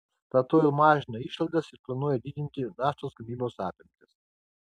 statoil mažina išlaidas ir planuoja didinti naftos gavybos apimtis